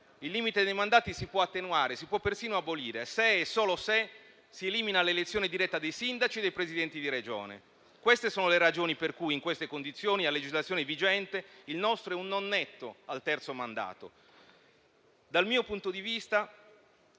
il limite dei mandati si può attenuare, si può persino abolire, se e solo se si elimina l'elezione diretta dei sindaci e dei Presidenti di Regione. Queste sono le ragioni per cui, in queste condizioni e a legislazione vigente, il nostro è un no netto al terzo mandato. Dal mio punto di vista,